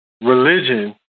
religion